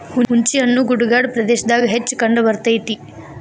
ಹುಂಚಿಹಣ್ಣು ಗುಡ್ಡಗಾಡ ಪ್ರದೇಶದಾಗ ಹೆಚ್ಚ ಕಂಡಬರ್ತೈತಿ